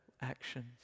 actions